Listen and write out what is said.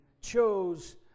chose